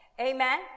Amen